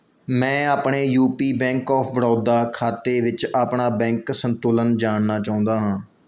ਮੈਂ ਆਪਣੇ UP bank of Baroda ਖਾਤੇ ਵਿੱਚ ਆਪਣਾ ਬੈਂਕ ਸੰਤੁਲਨ ਜਾਣਨਾ ਚਾਹੁੰਦਾ ਹਾਂ